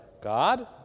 God